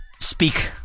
Speak